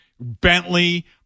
Bentley